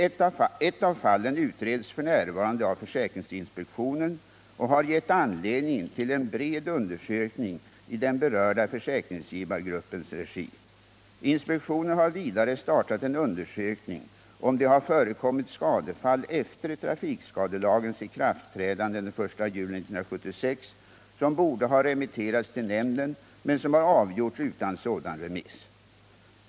Ett av fallen utreds f. n. av försäkringsinspektionen och har gett anledning till en bred undersökning i den berörda försäkringsgivargruppens regi. Inspektionen har vidare startat en undersökning om det har förekommit skadefall efter trafikskadelagens ikraftträdande den 1 juli 1976 som borde ha remitterats till nämnden men som har avgjorts utan sådan remiss.